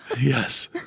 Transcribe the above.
Yes